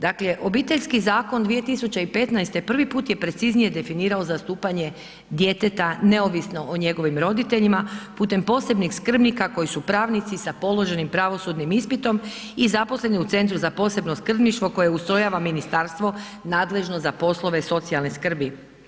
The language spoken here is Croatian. Dakle, Obiteljski zakon 2015. prvi put je preciznije definirao zastupanje djeteta neovisno o njegovim roditeljima putem posebnih skrbnika koji su pravnici sa položenim pravosudnim ispitom i zaposleni u centru za posebno skrbništvo koje ustrojava ministarstvo nadležno za poslove socijalne skrbi.